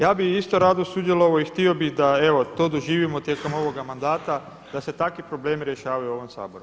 Ja bih isto rado sudjelovao i htio bih da evo to doživimo tijekom ovoga mandata, da se takvi problemi rješavaju u ovom Saboru.